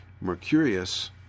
Mercurius